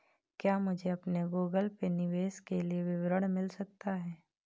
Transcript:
क्या मुझे अपने गूगल पे निवेश के लिए विवरण मिल सकता है?